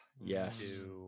yes